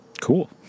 Cool